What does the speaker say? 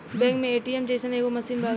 bank मे ATM जइसन एगो मशीन बावे